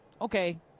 okay